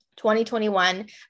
2021